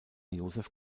josef